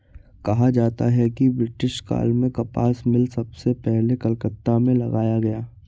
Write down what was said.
कहा जाता है कि ब्रिटिश काल में कपास मिल सबसे पहले कलकत्ता में लगाया गया